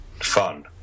fun